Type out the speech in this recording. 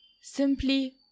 Simply